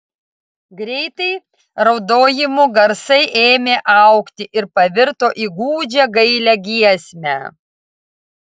greitai raudojimų garsai ėmė augti ir pavirto į gūdžią gailią giesmę